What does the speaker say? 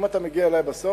אם אתה מגיע אלי בסוף